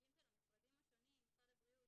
נציגים של המשרדים השונים משרד הבריאות,